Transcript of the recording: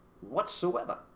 whatsoever